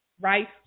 right